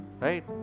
Right